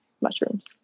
mushrooms